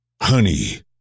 Honey